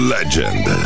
Legend